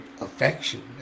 affection